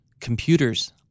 computers